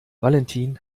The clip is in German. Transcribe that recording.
valentin